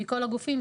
מכל הגופים,